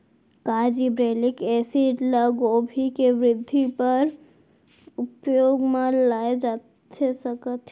का gibberellic acid ल गोभी के वृद्धि बर उपयोग म लाये जाथे सकत हे?